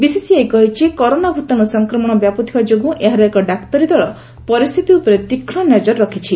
BCCI କହିଛି corona ଭୂତାଣୁ ସଂକ୍ରମଣ ବ୍ୟାପୁଥିବା ଯୋଗୁଁ ଏହାର ଏକ ଡାକ୍ତରୀ ଦଳ ପରିସ୍ଥିତି ଉପରେ ତୀକ୍ଷ୍ନ ନଜର ରଖିଛି